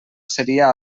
seria